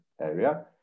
area